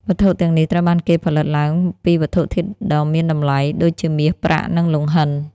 វត្ថុទាំងនេះត្រូវបានគេផលិតឡើងពីវត្ថុធាតុដ៏មានតម្លៃដូចជាមាស ប្រាក់ និងលង្ហិន។